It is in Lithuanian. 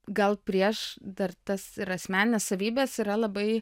gal prieš dar tas ir asmenines savybes yra labai